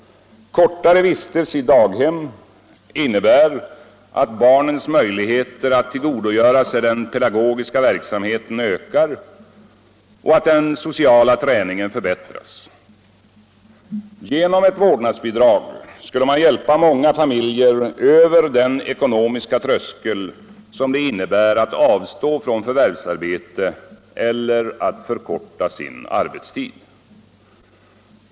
Kortare vistelse i daghem innebär att barnens möjligheter att tillgodogöra sig den pedagogiska verksamheten ökar och att den sociala träningen förbättras. Genom ett vårdnadsbidrag skulle man hjälpa många familjer över den ekonomiska tröskel som det innebär att avstå från förvärvsarbete eller att förkorta sin arbetstid.